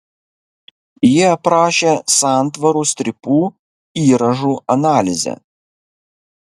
ji aprašė santvarų strypų įrąžų analizę